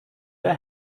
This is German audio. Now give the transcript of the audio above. der